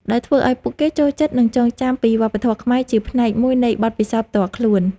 ដោយធ្វើឲ្យពួកគេចូលចិត្ត និងចងចាំពីវប្បធម៌ខ្មែរជាផ្នែកមួយនៃបទពិសោធន៍ផ្ទាល់ខ្លួន។